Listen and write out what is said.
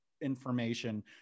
information